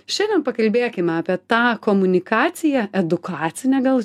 šiandien pakalbėkime apie tą komunikaciją edukacinę gal